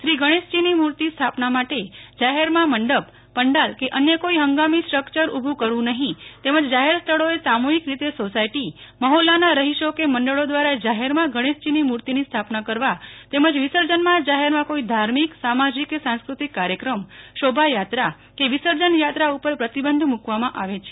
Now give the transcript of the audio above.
શ્રી ગણેશજીની મુર્તિ સ્થાપના માટે જાહેરમાં મંડપ પંડાલ કે અન્ય કોઇ હંગામી સ્ટકચર ઉભુ કરવું નહીં તેમજ જાહેર સ્થળોએ સામુહિક રીતે સોસાથટી મહોલ્લાના રહીશો કે મંડળો દ્વારા જાહેરમાં ગણેશજીની મુર્તિની સ્થાપના કરવા તેમજ વિસર્જનમાં જાહેરમાં કોઇ ધાર્મિક સામાજિક કે સાંસ્કૃતિક કાર્યક્રમ શોભાયાત્રા કે વિસર્જન યાત્રા ઉપર પ્રતિબંધ મૂકવામાં આવે છે